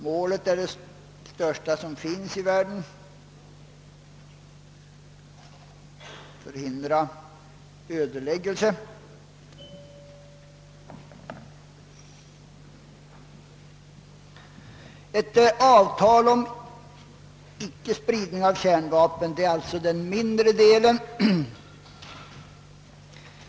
Målet är det största som finns i världen — att förhindra ödeläggelse. Ett avtal om icke-spridning av kärnvapen är alltså den mindre delen.